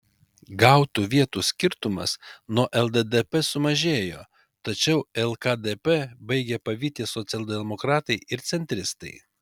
gautų vietų skirtumas nuo lddp sumažėjo tačiau lkdp baigia pavyti socialdemokratai ir centristai